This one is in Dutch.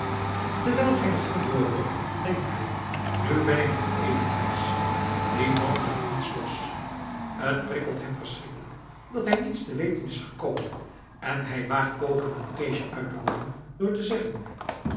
terwijl hij de gang doorloopt denkt hij nu ben ik nog even wijs die man laat niets los t prikkelt hem verschrikkelijk dat hij niets te weten is gekomen en hij waagt pogingen om keesje uit te hooren door te zeggen